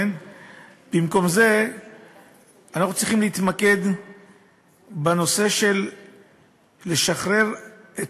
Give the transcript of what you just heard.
במקום זה אנחנו צריכים להתמקד בנושא של לשחרר את